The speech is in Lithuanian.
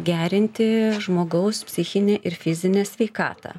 gerinti žmogaus psichinę ir fizinę sveikatą